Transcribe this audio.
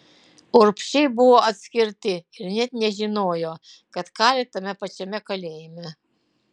urbšiai buvo atskirti ir net nežinojo kad kali tame pačiame kalėjime